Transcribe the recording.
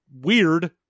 weird